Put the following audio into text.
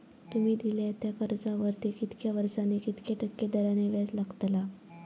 तुमि दिल्यात त्या कर्जावरती कितक्या वर्सानी कितक्या टक्के दराने व्याज लागतला?